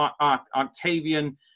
Octavian